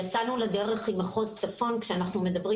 יצאנו לדרך עם מחוז צפון כאשר אנחנו מדברים